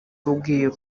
urugwiro